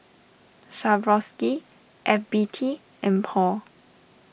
Swarovski F B T and Paul